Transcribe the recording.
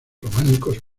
románicos